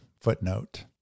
footnote